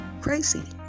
crazy